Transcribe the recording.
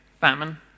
famine